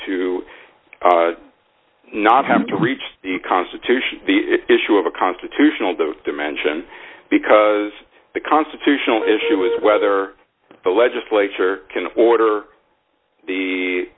to not have to reach the constitution the issue of a constitutional the dimension because the constitutional issue is whether the legislature can order the